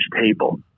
table